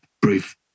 brief